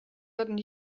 gotten